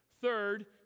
Third